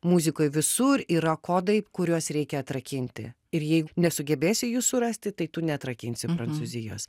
muzikoj visur yra kodai kuriuos reikia atrakinti ir jei nesugebėsi jų surasti tai tu neatrakinsi prancūzijos